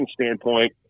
standpoint